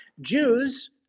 Jews